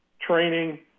training